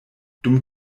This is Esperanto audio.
dum